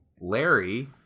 Larry